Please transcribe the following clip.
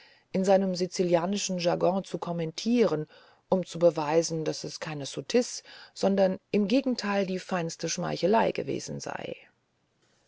in seinem sizilianischen jargon zu kommentieren um zu beweisen daß es keine sottise sondern im gegenteil die feinste schmeichelei gewesen sei